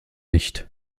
nicht